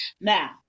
Now